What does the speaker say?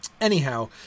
anyhow